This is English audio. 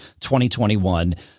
2021